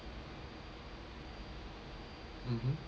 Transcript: mmhmm